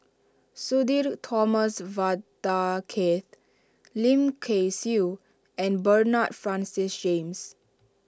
Sudhir Thomas Vadaketh Lim Kay Siu and Bernard Francis James